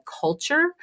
culture